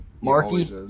marky